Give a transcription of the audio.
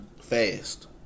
Fast